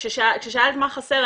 כששאלת מה חסר,